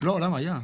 לא, היה.